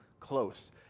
Close